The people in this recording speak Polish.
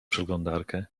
przeglądarkę